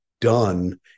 done